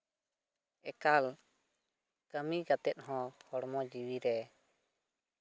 ᱮᱠᱟᱞ ᱠᱟᱹᱢᱤ ᱠᱟᱛᱮᱫ ᱦᱚᱸ ᱦᱚᱲᱢᱚ ᱡᱤᱣᱤ ᱨᱮ